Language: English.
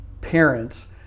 parents